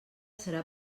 serà